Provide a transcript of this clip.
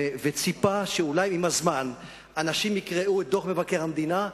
וציפה שאולי עם הזמן אנשים יקראו את דוח מבקר המדינה,